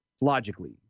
logically